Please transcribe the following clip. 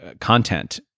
content